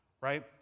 Right